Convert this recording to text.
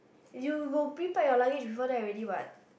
you will prepare your luggage before that already what